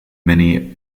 many